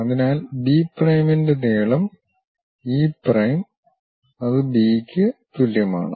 അതിനാൽ ബി പ്രൈമിൻറെ നീളം ഇ പ്രൈം അത് ബി ക്ക് തുല്യമാണ്